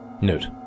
Note